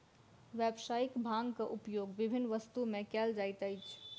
व्यावसायिक भांगक उपयोग विभिन्न वस्तु में कयल जाइत अछि